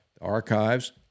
Archives